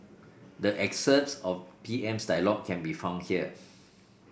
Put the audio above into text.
the excerpts of P M's dialogue can be found here